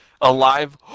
Alive